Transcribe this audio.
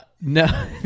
no